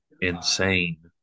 insane